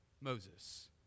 Moses